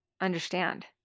understand